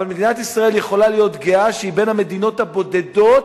מדינת ישראל יכולה להיות גאה שהיא בין המדינות הבודדות